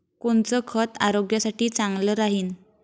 कोनचं खत आरोग्यासाठी चांगलं राहीन?